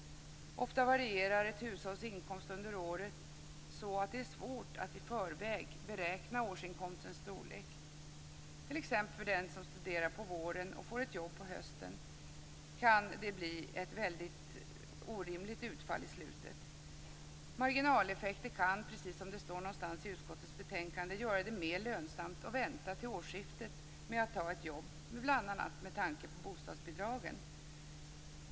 Ofta varierar ett hushålls inkomst under året så att det är svårt att i förväg beräkna årsinkomstens storlek. För den som t.ex. studerar på våren och får ett jobb på hösten kan det bli ett orimligt utfall i slutet. Marginaleffekter kan, precis som det står i utskottets betänkande, göra det mer lönsamt att vänta till årsskiftet med att ta ett jobb, bl.a. med tanke på bostadsbidragen.